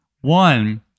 one